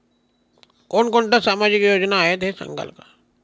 कोणकोणत्या सामाजिक योजना आहेत हे सांगाल का?